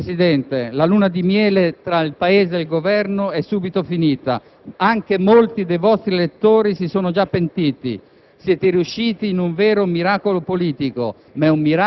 bonapartista di un vero e proprio regime. Signor Presidente, la luna di miele tra il Paese e il Governo è subito finita. Anche molti dei vostri elettori si sono già pentiti;